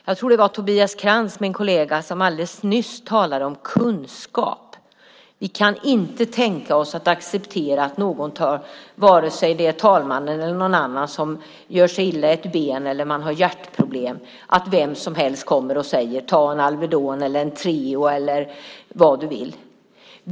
Jag tror att det var min kollega Tobias Krantz som alldeles nyss talade om kunskap. Vi kan inte tänka oss att acceptera att någon, vare sig det är talmannen eller någon annan som gör sig illa i ett ben eller har hjärtproblem, möts av att vem som helst kommer och säger: Ta en Alvedon, en Treo eller vad du vill!